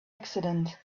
accident